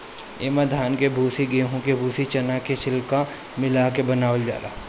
इमे धान के भूसी, गेंहू के भूसी, चना के छिलका मिला ले बनावल जाला